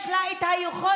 יש לה את היכולת,